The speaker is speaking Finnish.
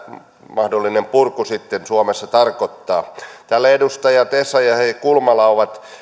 mahdollinen purku sitten suomessa tarkoittaa täällä edustajat essayah ja kulmala ovat